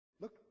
Look